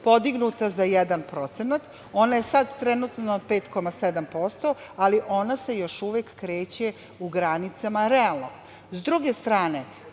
podignuta za 1%. Ona je sada trenutno na 5,7%, ali ona se još uvek kreće u granicama realnog.S